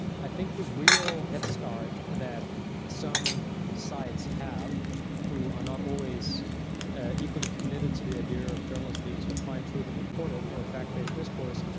i think the real head start that some sites have who are not always equally committed to the idea of journalists being sort of find truth and report it or fact-based discourse